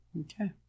Okay